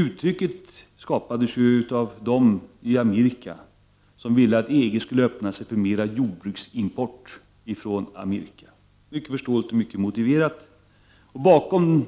Uttrycket skapades av dem i Amerika som vill att EG skulle öppna sig för mera jordbruksimport från Amerika. Det var mycket förståeligt och mycket motiverat. Bakom